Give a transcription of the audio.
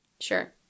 Sure